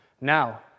Now